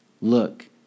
look